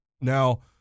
Now